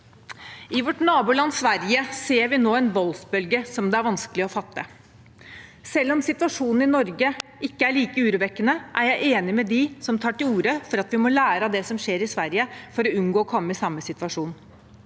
I vårt naboland Sverige ser vi nå en voldsbølge som det er vanskelig å fatte. Selv om situasjonen i Norge ikke er like urovekkende, er jeg enig med dem som tar til orde for at vi må lære av det som skjer i Sverige, for å unngå å havne i samme situasjon.